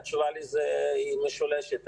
התשובה לזה היא משולשת.